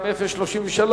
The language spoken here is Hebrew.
2033: